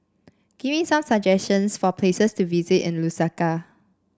give me some suggestions for places to visit in Lusaka